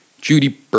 Judy